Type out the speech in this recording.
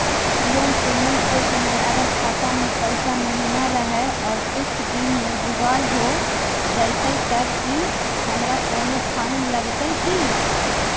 Loan payment के समय अगर खाता में पैसा महिना रहै और कुछ दिन में जुगाड़ हो जयतय तब की हमारा कोनो फाइन लगतय की?